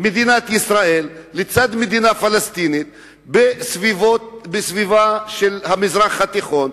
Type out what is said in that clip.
מדינת ישראל לצד מדינה פלסטינית בסביבת המזרח התיכון.